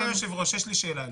אדוני היושב-ראש, יש לי שאלה אליך.